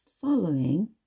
following